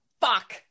Fuck